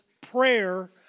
prayer